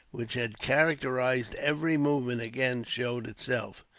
which had characterized every movement, again showed itself.